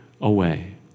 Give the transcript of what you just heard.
away